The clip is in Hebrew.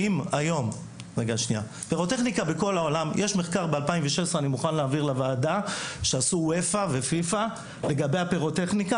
יש מחקר מ-2016 שעשו וופ"א ופיפ"א לגבי הפירוטכניקה.